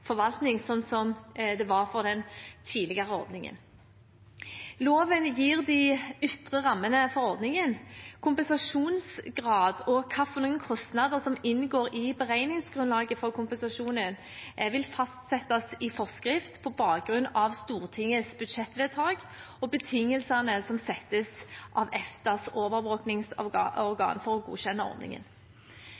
forvaltning, slik det var for den tidligere ordningen. Loven gir de ytre rammene for ordningen. Kompensasjonsgrad og hvilke kostnader som inngår i beregningsgrunnlaget for kompensasjonen, vil fastsettes i forskrift på bakgrunn av Stortingets budsjettvedtak og betingelsene som stilles av EFTAs